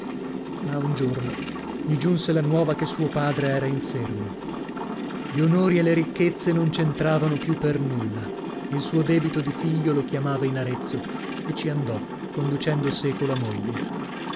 ma un giorno gli giunse la nuova che suo padre era infermo gli onori e le ricchezze non c'entravano più per nulla il suo debito di figlio lo chiamava in arezzo e ci andò conducendo seco la moglie